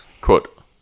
Quote